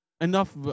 enough